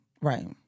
Right